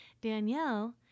Danielle